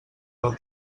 del